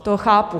To chápu.